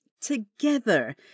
together